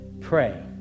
Pray